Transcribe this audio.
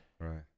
right